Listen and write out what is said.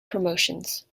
promotions